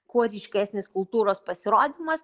kuo ryškesnis kultūros pasirodymas